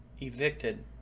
evicted